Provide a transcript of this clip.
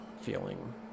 feeling